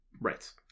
Right